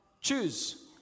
choose